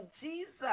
Jesus